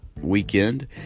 weekend